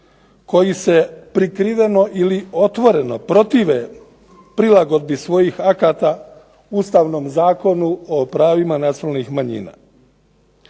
koji se prikriveno ili otvoreno protive prilagodbi svojih akata Ustavnom zakonu o pravima nacionalnih manjina.